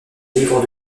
livres